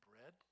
bread